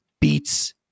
beats